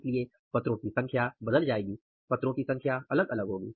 इसलिए पत्रों की संख्या बदल जाएगी पत्रों की संख्या अलग अलग होगी